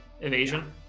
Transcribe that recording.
evasion